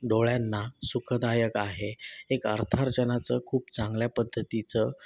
डोळ्यांना सुखदायक आहे एक अर्थार्जनाचं खूप चांगल्या पद्धतीचं